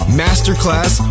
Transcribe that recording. masterclass